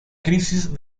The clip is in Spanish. crisis